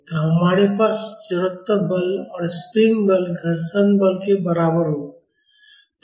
तो हमारे पास जड़त्व बल और स्प्रिंग बल घर्षण बल के बराबर होगा